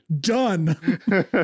Done